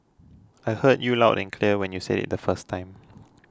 I heard you loud and clear when you said it the first time